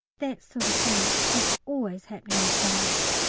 that sort of thing is always happening in france.